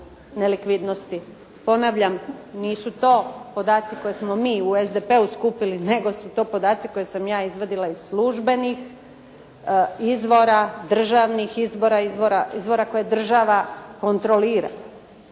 ponavljam nisu to podaci koje smo mi u SDP-u skupili nego su to podaci koje sam ja izvadila iz službenih izvora, državnih izbora izvora, izvora koje država kontrolira.